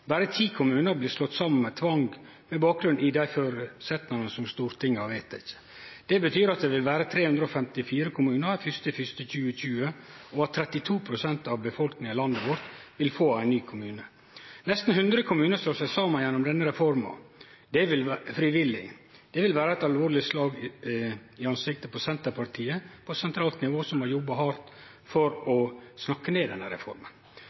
Berre 10 kommunar blir slått saman ved tvang med bakgrunn i dei føresetnadene som Stortinget har vedteke. Det betyr at det vil vere 354 kommunar 1. januar 2020, og at 32 pst. av befolkninga i landet vårt vil få ein ny kommune. Nesten 100 kommunar slår seg saman gjennom denne reforma – frivillig. Det vil vere eit alvorleg slag i ansiktet for Senterpartiet på sentralt nivå, som har jobba hardt for å snakke ned denne reforma.